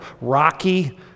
rocky